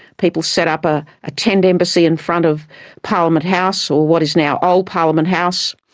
people set up a ah tent embassy in front of parliament house or what is now old parliament house.